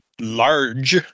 large